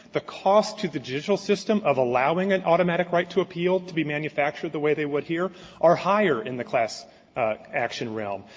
the cost to the judicial system of allowing an automatic right to appeal to be manufactured the way they would here are higher in the class action realm.